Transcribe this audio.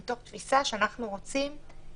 מתוך תפיסה שאנחנו רוצים להניע.